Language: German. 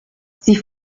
sie